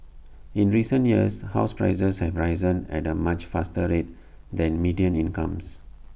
in recent years house prices have risen at A much faster rate than median incomes